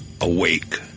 awake